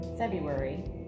February